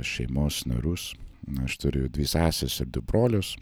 pas šeimos narius na aš turiu dvi seses ir du brolius